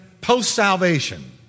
post-salvation